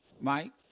Mike